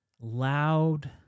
loud